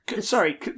Sorry